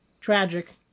tragic